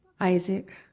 Isaac